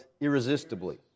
irresistibly